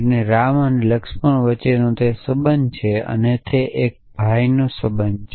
તે રામ અને લક્ષ્મણ વચ્ચેનો સંબંધ છે અને તે એક ભાઈનો સંબંધ છે